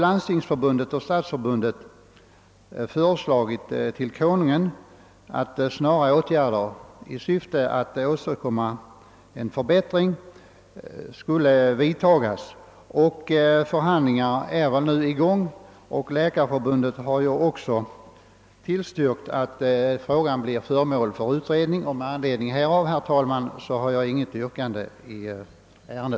Landstingsförbundet och Stadsförbundet har föreslagit Kungl. Maj:t att vidta snara åtgärder i syfte att åstadkomma en förbättring. Förhandlingar pågår nu och Läkarförbundet har tillstyrkt att frågan blir föremål för utredning. Med anledning härav har jag, herr talman, intet yrkande.